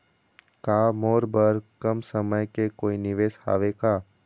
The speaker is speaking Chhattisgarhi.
का मोर बर कम समय के कोई निवेश हावे का?